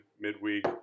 midweek